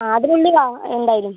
അത് കൊണ്ടുവാ എന്തായാലും